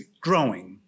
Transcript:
growing